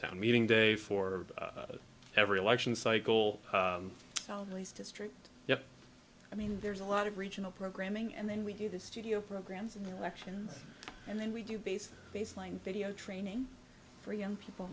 town meeting day for every election cycle ellie's district yeah i mean there's a lot of regional programming and then we do the studio programs there and then we do base baseline video training for young people